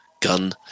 gun